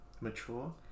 mature